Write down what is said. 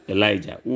Elijah